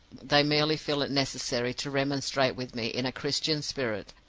they merely feel it necessary to remonstrate with me in a christian spirit,